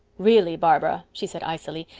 really, barbara, she said icily,